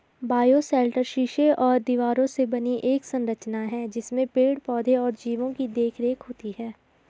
bioshelter शीशे और दीवारों से बनी एक संरचना है जिसमें पेड़ पौधे और जीवो की देखरेख होती है